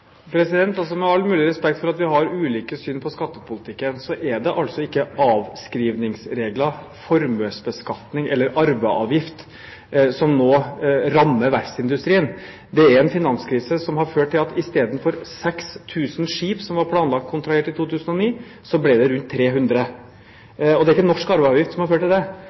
Med all mulig respekt for at vi har ulike syn på skattepolitikken, er det altså ikke avskrivningsregler, formuesbeskatning eller arveavgift som nå rammer verftsindustrien. Det er en finanskrise som har ført til at i stedet for 6 000 skip som var planlagt kontrahert i 2009, ble det rundt 300. Det er ikke norsk arveavgift som har ført til dette. Det